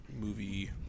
movie